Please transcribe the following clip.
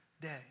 day